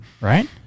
Right